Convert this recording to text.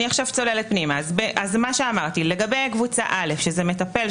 עכשיו אני צוללת פנימה: לגבי קבוצה א' שזה מטפל,